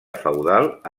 feudal